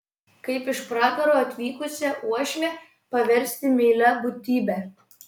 kaip iš pragaro atvykusią uošvę paversti meilia būtybe